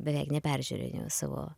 beveik neperžiūrinėju savo